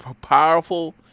powerful